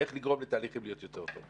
איך לגרום לתהליכים להיות יותר טובים.